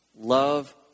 Love